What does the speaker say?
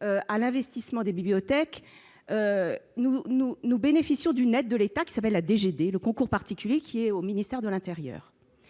à l'investissement des bibliothèques, nous, nous, nous bénéficions d'une aide de l'État, qui s'appelle la DG dès le concours particulier qui est au ministère de l'Intérieur